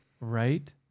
Right